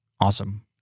Awesome